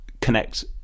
connect